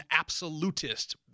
absolutist